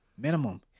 Minimum